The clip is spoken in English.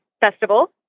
festival